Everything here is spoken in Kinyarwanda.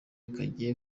kagiye